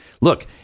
Look